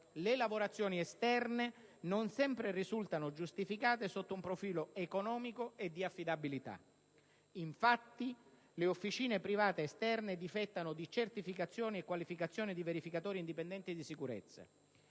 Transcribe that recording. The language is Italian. Le lavorazioni esterne non sempre risultano giustificate sotto un profilo economico e di affidabilità. Infatti, le officine private esterne difettano di certificazioni e qualificazioni di verificatori indipendenti di sicurezza.